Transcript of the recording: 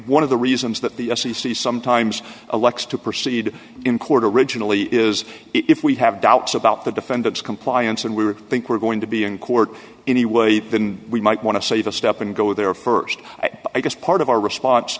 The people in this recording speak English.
one of the reasons that the f c c sometimes elects to proceed in court originally is if we have doubts about the defendant's compliance and we think we're going to be in court anyway than we might want to save a step and go there st i guess part of our response